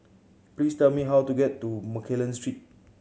please tell me how to get to Mccallum Street